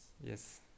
yes